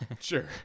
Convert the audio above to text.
sure